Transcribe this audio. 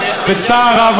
בצער רב,